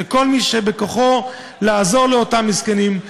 לכל מי שבכוחו לעזור לאותם מסכנים,